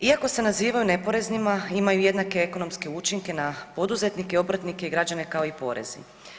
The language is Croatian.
Iako se nazivaju neporeznima imaju jednake ekonomske učinke na poduzetnike, obrtnike i građane kao i porezi.